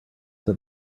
that